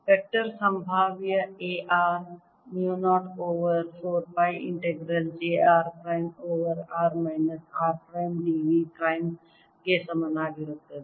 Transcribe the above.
vector ಸಂಭಾವ್ಯ A r mu 0 over 4 pi integral j r prime over r minus r prime d v prime ಗೆ ಸಮನಾಗಿರುತ್ತದೆ